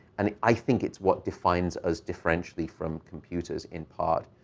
and i think it's what defines us differentially from computers in part,